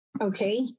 okay